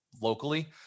locally